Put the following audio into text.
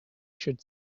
should